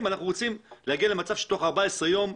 שאנחנו רוצים להגיע למצב שתוך 14 ימים,